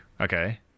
okay